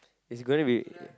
is it going to be